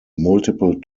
multiple